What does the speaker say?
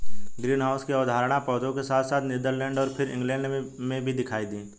greenhouse की अवधारणा पौधों के साथ साथ नीदरलैंड और फिर इंग्लैंड में भी दिखाई दी